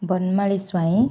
Barnali Swain